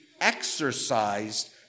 exercised